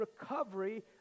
recovery